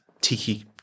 tiki